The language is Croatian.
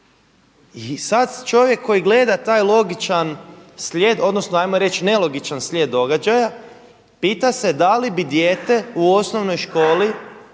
I sad čovjek koji gleda taj logičan slijed, odnosno hajmo reći nelogičan slijed događaja pita se da li bi dijete u osnovnoj školi,